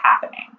happening